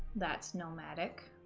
that's nomadic,